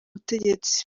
butegetsi